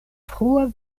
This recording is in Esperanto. frua